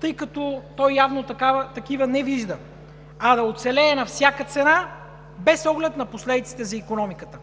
тъй като той явно такива не вижда, а да оцелее на всяка цена без оглед на последиците за икономиката.